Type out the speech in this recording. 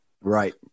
Right